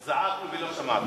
זעקנו, ולא שמעת.